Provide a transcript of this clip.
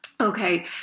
Okay